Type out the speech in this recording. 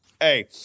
Hey